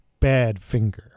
Badfinger